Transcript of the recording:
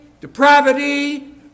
depravity